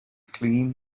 clean